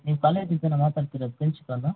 ನೀವು ಕಾಲೇಜಿಂದನಾ ಮಾತಾಡ್ತಿರೋದು ಪ್ರಿನ್ಸಿಪಾಲು